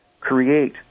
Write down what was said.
create